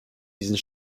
diesen